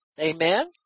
Amen